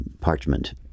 parchment